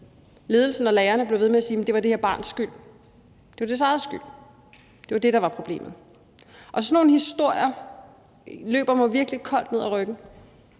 ledelsen og lærerne blev ved med at sige, at det var det her barns skyld, at det var barnets egen skyld, at det var det, der var problemet. Når jeg hører sådan nogle historier, løber det mig virkelig koldt ned ad ryggen,